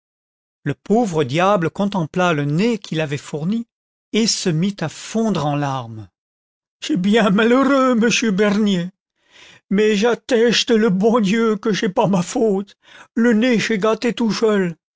le pauvre diable contempla le nez qu'il avait fourni et se mit à fondre en larmes ch'est bien malheureux mouchu bernier mais j'attechte le bon dieu que ch'est pas ma faute le nez ch'est gâté toutcheul